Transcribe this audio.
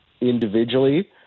individually